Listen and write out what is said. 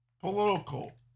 Political